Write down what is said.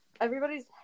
everybody's